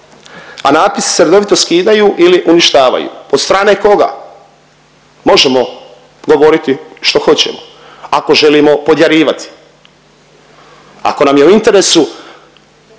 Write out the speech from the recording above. a natpisi se redovito skidaju ili uništavaju. Od strane koga? Možemo govoriti što hoćemo ako želimo podjarivati, ako nam je u interesu